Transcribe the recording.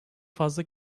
fazla